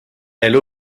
elle